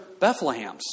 Bethlehems